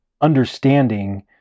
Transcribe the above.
understanding